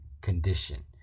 condition